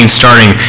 starting